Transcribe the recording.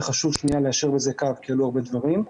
וחשוב ליישר בזה קו כי עלו הרבה דברים.